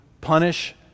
punish